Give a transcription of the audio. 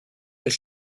als